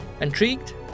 Intrigued